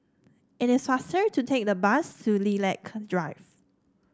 it is faster to take the bus to Lilac Drive